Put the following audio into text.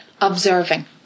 observing